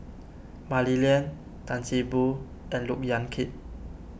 Mah Li Lian Tan See Boo and Look Yan Kit